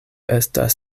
estas